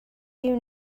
you